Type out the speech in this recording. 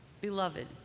Beloved